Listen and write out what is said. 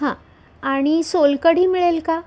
हां आणि सोलकढी मिळेल का